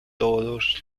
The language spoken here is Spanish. todos